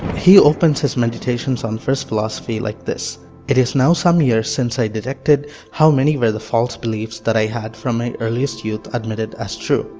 he opens his meditations on first philosophy like this it is now some years since i detected how many were the false beliefs that i had from my earliest youth admitted as true,